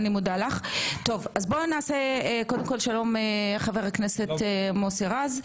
שלום לחבר הכנסת מוסי רז.